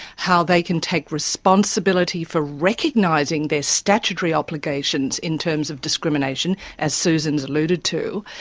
how they can take responsibility for recognising their statutory obligations in terms of discrimination, as susan has alluded to,